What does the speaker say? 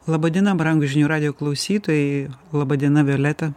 laba diena brangūs žinių radijo klausytojai laba diena violeta